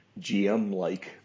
GM-like